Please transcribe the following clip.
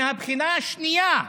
מהבחינה השנייה,